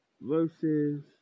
versus